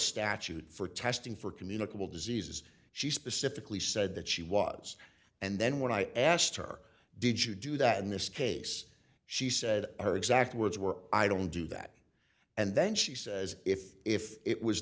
statute for testing for communicable diseases she specifically said that she was and then when i asked her did you do that in this case she said her exact words were i don't do that and then she says if if it was